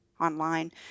online